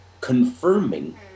confirming